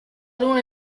luna